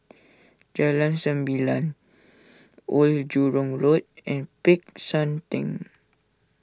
Jalan Sembilang Old Jurong Road and Peck San theng